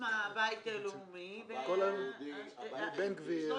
בחשבון שחודש פברואר הוא חודש קצר.